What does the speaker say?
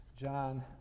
John